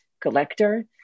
collector